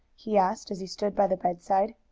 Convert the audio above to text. he asked as he stood by the bedside.